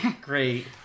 Great